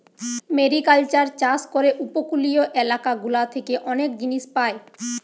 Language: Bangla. মেরিকালচার চাষ করে উপকূলীয় এলাকা গুলা থেকে অনেক জিনিস পায়